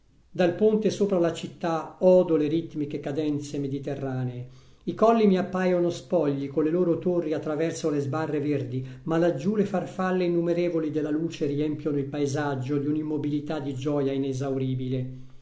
dal ponte sopra la città odo le ritmiche cadenze mediterranee i colli mi appaiono spogli colle loro torri a traverso le sbarre verdi ma laggiù le farfalle innumerevoli della luce riempiono il paesaggio di un'immobilità di gioia inesauribile